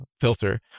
filter